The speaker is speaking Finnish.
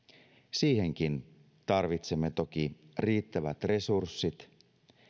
siihenkin tarvitsemme toki riittävät resurssit